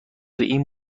این